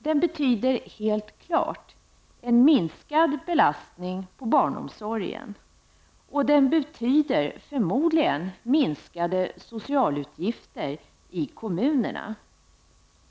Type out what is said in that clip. Den betyder helt klart en minskad belastning på barnomsorgen, och den betyder förmodligen minskade socialutgifter i kommunerna.